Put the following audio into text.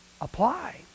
Apply